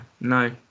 No